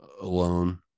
alone